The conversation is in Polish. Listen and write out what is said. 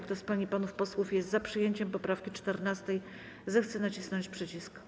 Kto z pań i panów posłów jest za przyjęciem poprawki 14., zechce nacisnąć przycisk.